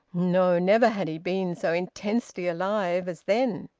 no! never had he been so intensely alive as then!